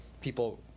people